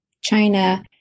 China